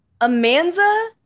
Amanza